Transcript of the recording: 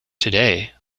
today